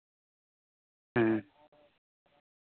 ᱦᱮᱸ